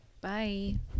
Bye